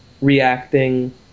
reacting